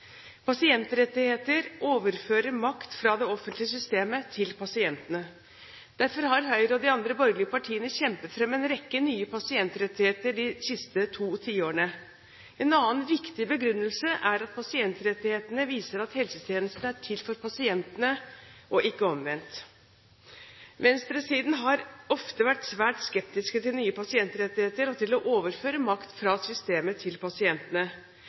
Pasientrettigheter overfører makt fra det offentlige systemet til pasientene. Derfor har Høyre og de andre borgerlige partiene kjempet fram en rekke nye pasientrettigheter de siste to tiårene. En annen viktig begrunnelse er at pasientrettighetene viser at helsetjenesten er til for pasientene, og ikke omvendt. Venstresiden har ofte vært svært skeptisk til nye pasientrettigheter og til å overføre makt fra systemet til pasientene.